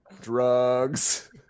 drugs